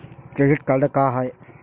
Credit card का हाय?